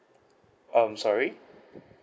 um sorry